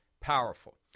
powerful